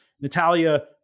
Natalia